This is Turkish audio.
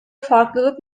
farklılık